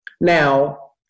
Now